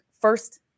first